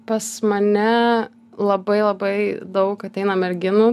pas mane labai labai daug ateina merginų